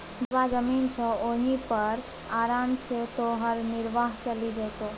जतबा जमीन छौ ओहि पर आराम सँ तोहर निर्वाह चलि जेतौ